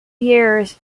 years